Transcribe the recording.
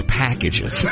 packages